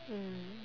mm